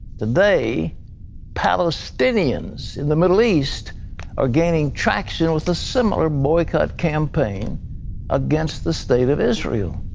today palestinians in the middle east are gaining traction with a similar boycott campaign against the state of israel.